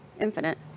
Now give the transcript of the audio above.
infinite